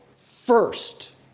first